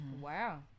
Wow